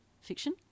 fiction